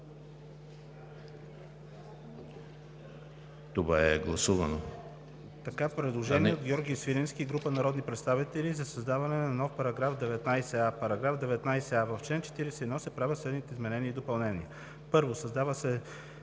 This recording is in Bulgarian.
Това е гласувано.